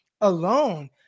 alone